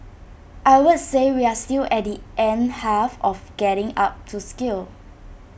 I would say we are still at the end half of getting up to scale